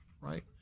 right